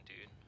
dude